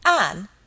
Anne